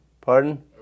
Pardon